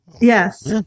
yes